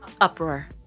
Uproar